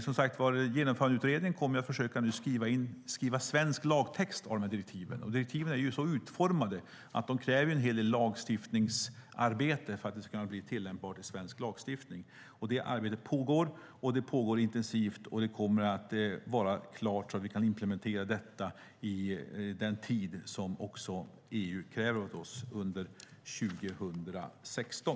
Som sagt var, Genomförandeutredningen kommer nu att försöka skriva svensk lagtext av direktiven. De är utformade på det sättet att de kräver en hel del lagstiftningsarbete för att kunna bli tillämpbara i svensk lagstiftning. Det arbetet pågår, och det pågår intensivt. Det kommer att vara klart för att implementeras inom den tid som EU kräver av oss, under 2016.